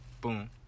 Boom